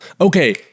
Okay